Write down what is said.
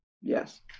yes